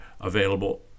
available